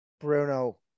Bruno